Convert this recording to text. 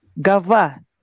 gava